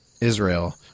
Israel